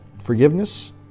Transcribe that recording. forgiveness